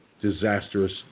disastrous